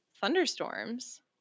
thunderstorms